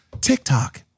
TikTok